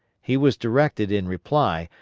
he was directed, in reply,